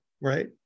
Right